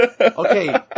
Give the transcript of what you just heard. Okay